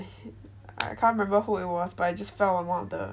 I can't remember who it was but it just fell on one of the